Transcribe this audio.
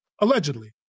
allegedly